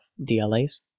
DLAs